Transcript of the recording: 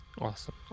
Awesome